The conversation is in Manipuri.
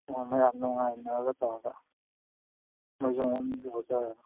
ꯑꯣ ꯃꯌꯥꯝ ꯅꯨꯡꯉꯥꯏꯅꯔꯒ ꯇꯧꯔꯒ ꯃꯣꯏꯁꯨ ꯑꯗꯨꯝ ꯌꯥꯎꯖꯔꯒ